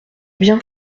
bien